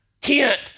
tent